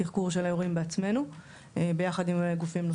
תחקור של האירועים בעצמנו ביחד עם גופים נוספים.